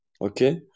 Okay